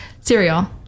cereal